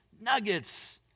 nuggets